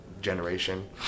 generation